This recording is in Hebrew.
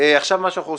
עכשיו מה שאנחנו עושים,